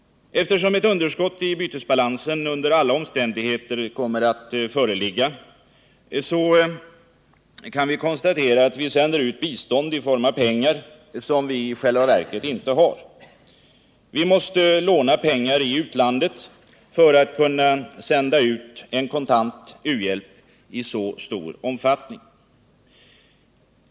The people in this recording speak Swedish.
Eftersom ett underskott i bytesbalansen under alla omständigheter kommer att föreligga, kan vi konstatera att Sverige sänder ut bistånd i form av pengar som vårt land i själva verket inte har. Sverige måste låna pengar i utlandet för att kunna sända ut kontant u-hjälp i så stor utsträckning.